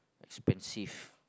expensive